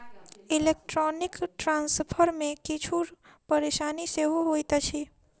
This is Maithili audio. इलेक्ट्रौनीक ट्रांस्फर मे किछु परेशानी सेहो होइत अछि